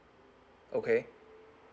okay